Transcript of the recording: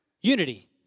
Unity